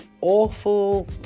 awful